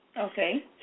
Okay